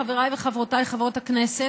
חבריי וחברותיי חברות הכנסת,